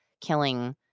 killing